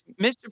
Mr